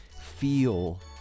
feel